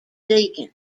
deacon